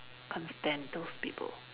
can't stand those people mm